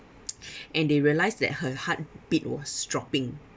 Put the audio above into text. and they realised that her heartbeat was dropping